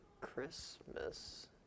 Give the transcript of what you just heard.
Christmas